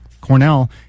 Cornell